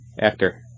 actor